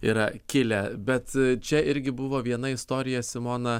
yra kilę bet čia irgi buvo viena istorija simona